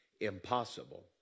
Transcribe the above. impossible